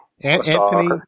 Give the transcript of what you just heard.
Anthony